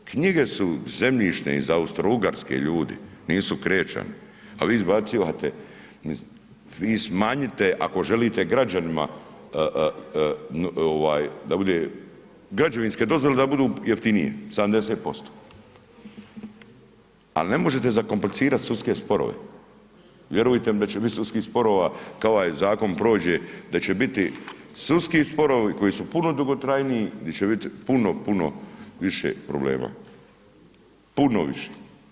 Knjige su zemljišne iz Austro Ugarske ljudi, nisu krečani, a vi izbacivate, vi ih smanjite ako želite građanima da bude, građevinske dozvole, da budu jeftinije 70%, ali ne možete zakomplicirati sudske sporove, vjerujte mi da će biti sudskih sporova, kao i ovaj zakon prođe, da će biti sudski sporovi, koji su puno dugotrajniji, gdje će biti, puno, puno više problema, puno više.